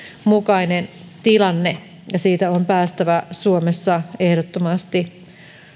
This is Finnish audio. mukainen tilanne ja siitä on päästävä suomessa ehdottomasti